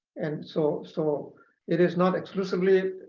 and so so it is not exclusively